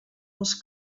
els